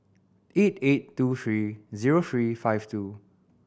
eight eight two three zero three five two